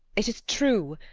it is true.